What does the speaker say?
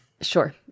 Sure